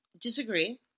disagree